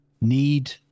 need